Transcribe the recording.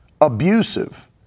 abusive